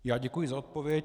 Já děkuji za odpověď.